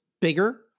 bigger